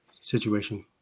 situation